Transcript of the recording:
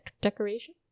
decoration